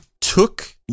took